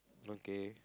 okay